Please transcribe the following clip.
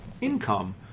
income